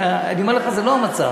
אני אומר לך שזה לא המצב,